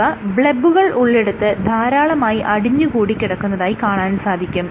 ഇവ ബ്ലെബുകൾ ഉള്ളിടത് ധാരാളമായി അടിഞ്ഞ് കൂടി കിടക്കുന്നതായി കാണാൻ കഴിയും